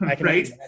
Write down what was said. right